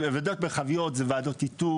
וועדות מרחביות זה וועדות איתור.